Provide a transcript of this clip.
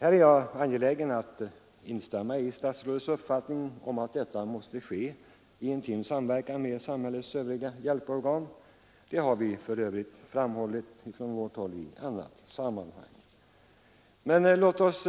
Här är jag angelägen om att instämma i statsrådets uppfattning om att detta måste ske i intim samverkan med samhällets övriga hjälporgan. Det har vi för övrigt framhållit i annat sammanhang. Men låt oss